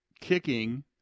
kicking